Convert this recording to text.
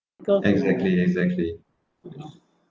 exactly exactly